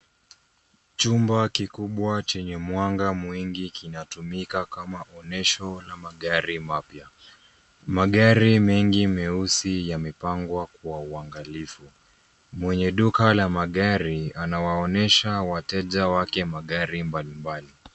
Chumba kikubwa chenye mwanga mwingi kinatumika kama onyesho la magari mapya. Magari mengi meusi yamepangwa kwa uangalifu. Mwenye duka la magari anawaonyesha wateja wake magari mbalimbali.